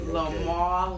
Lamar